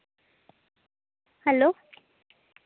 hello